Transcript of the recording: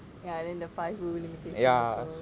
ya then the five rule limitation also